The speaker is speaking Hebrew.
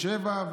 07:00,